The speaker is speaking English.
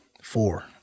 Four